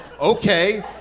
okay